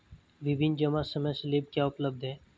विभिन्न जमा समय स्लैब क्या उपलब्ध हैं?